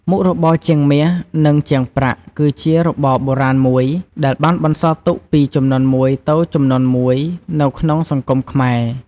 មុខរបរជាងមាស និងជាងប្រាក់ គឺជារបរបុរាណមួយ ដែលបានបន្សល់ទុកពីជំនាន់មួយទៅជំនាន់មួយនៅក្នុងសង្គមខ្មែរ។